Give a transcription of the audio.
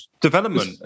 development